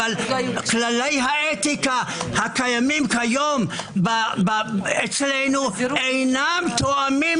אבל כללי האתיקה הקיימים כיום אצלנו אינם תואמים